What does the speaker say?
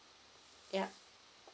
ya